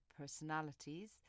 personalities